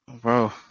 Bro